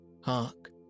hark